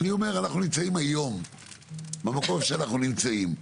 אני אומר אנחנו נמצאים היום במקום שאנחנו נמצאים.